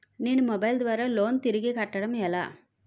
నేను మొబైల్ ద్వారా లోన్ తిరిగి కట్టడం ఎలా?